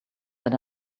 that